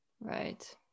Right